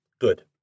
Good